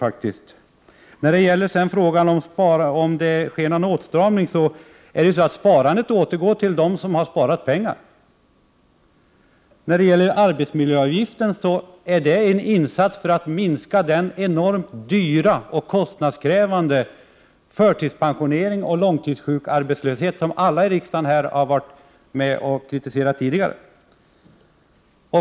På frågan om det sker någon åtstramning vill jag svara att sparmedlen återgår till dem som har sparat pengarna. När det sedan gäller arbetsmiljöavgiften vill jag säga att den är en insats för att minska den enormt kostnadskrävande förtidspensionering och den långtidsarbetslöshet på grund av sjukdom som alla i riksdagen tidigare har varit med om att kritisera.